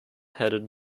headed